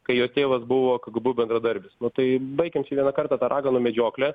kai jos tėvas buvo kgb bendradarbis nu tai baikim čia vieną kartą tą raganų medžioklę